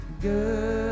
good